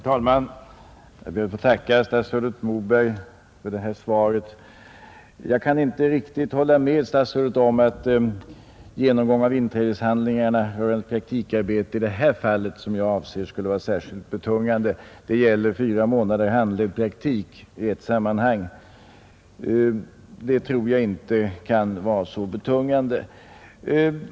Herr talman! Jag ber att få tacka statsrådet Moberg för detta svar. Jag kan inte hålla med statsrådet om att en genomgång av inträdeshandlingarna rörande praktikarbete i de fall som jag här avsett skulle kunna vara särskilt betungande. Det gäller fyra månaders handledd praktik i ett sammanhang. Det tycker jag inte kan vara så besvärligt.